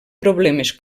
problemes